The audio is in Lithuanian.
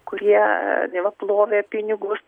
kurie neva plovė pinigus